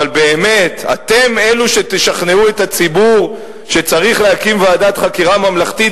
אבל באמת אתם אלו שתשכנעו את הציבור שצריך להקים ועדת חקירה ממלכתית,